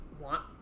want